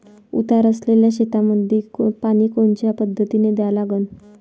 उतार असलेल्या शेतामंदी पानी कोनच्या पद्धतीने द्या लागन?